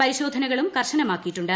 പരിശോധനകളും കർശനമാക്കിയിട്ടുണ്ട്